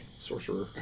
Sorcerer